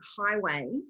highway